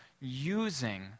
using